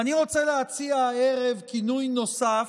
ואני רוצה להציע הערב כינוי נוסף: